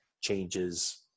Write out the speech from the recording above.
changes